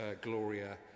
Gloria